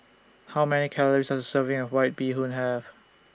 How Many Calories Does A Serving of White Bee Hoon Have